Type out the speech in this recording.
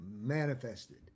manifested